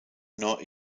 nor